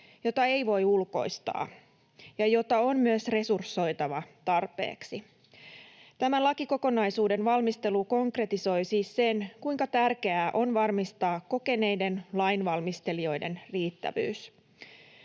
jota ei voi ulkoistaa ja jota on myös resursoitava tarpeeksi. Tämän lakikokonaisuuden valmistelu konkretisoi siis sen, kuinka tärkeää on varmistaa kokeneiden lainvalmistelijoiden riittävyys.